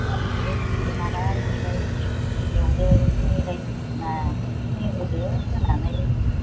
नारेंखलखौ सिग्लिनानै ओमफ्राय एवदो सिनि होदो होनानै